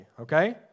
okay